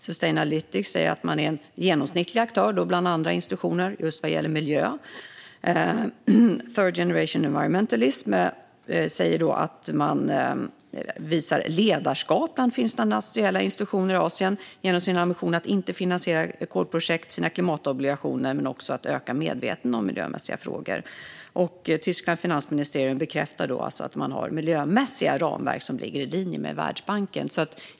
Sustainalytics säger att man är en genomsnittlig aktör bland andra institutioner vad gäller just miljö. Third Generation Environmentalism säger att man visar ledarskap bland finansiella institutioner i Asien genom sin ambition att inte finansiera kolprojekt, genom sina klimatobligationer och genom att öka medvetenheten vad gäller miljömässiga frågor. Tysklands finansministerium bekräftar att banken har miljömässiga ramverk som ligger i linje med Världsbankens.